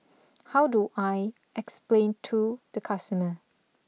how do I explain to the customer